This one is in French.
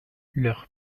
leur